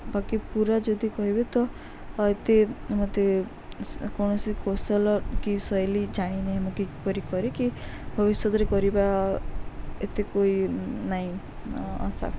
ବାକି ପୁରା ଯଦି କହିବେ ତ ଏତେ ମତେ କୌଣସି କୌଶଳ କି ଶୈଳୀ ଜାଣିିନି ମୁଁ କିପରି କରିକି ଭବିଷ୍ୟତରେ କରିବା ଏତେ କରି ନାହିଁ ଆଶା